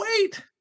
wait